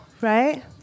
right